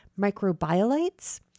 microbiolites